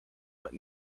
but